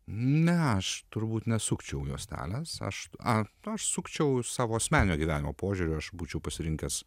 na aš turbūt nesukčiau juostelės aš aš sukčiau savo asmeninio gyvenimo požiūriu aš būčiau pasirinkęs